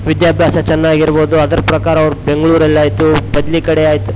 ವಿದ್ಯಭ್ಯಾಸ ಚೆನ್ನಾಗಿ ಇರ್ಬೋದು ಅದರ ಪ್ರಕಾರ ಅವ್ರು ಬೆಂಗ್ಳೂರಲ್ಲಿ ಆಯಿತು ಬದಲಿ ಕಡೆ ಆಯ್ತು